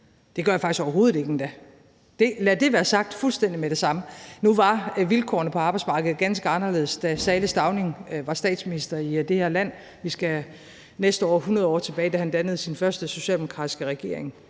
Det gør jeg faktisk endda overhovedet ikke. Lad det være sagt fuldstændig med det samme. Nu var vilkårene på arbejdsmarkedet ganske anderledes, da salig Stauning var statsminister i det her land. Vi skal næste år 100 år tilbage, før han dannede sin første socialdemokratiske regering